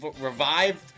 revived